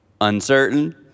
uncertain